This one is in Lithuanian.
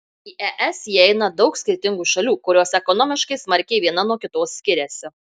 į es įeina daug skirtingų šalių kurios ekonomiškai smarkiai viena nuo kitos skiriasi